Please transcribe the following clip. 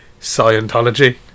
Scientology